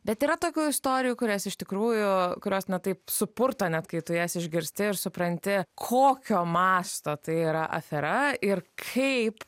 bet yra tokių istorijų kurias iš tikrųjų kurios net taip supurto net kai tu jas išgirsti ir supranti kokio masto tai yra afera ir kaip